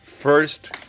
First